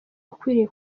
ukwiriye